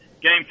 game